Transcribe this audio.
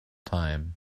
time